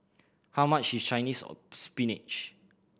how much is Chinese or spinach